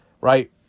right